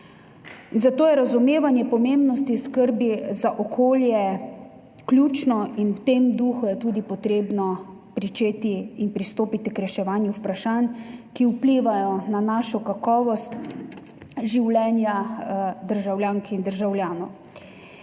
Zato je razumevanje pomembnosti skrbi za okolje ključno. V tem duhu je tudi potrebno pričeti in pristopiti k reševanju vprašanj, ki vplivajo na kakovost življenja državljank in državljanov.